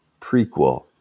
prequel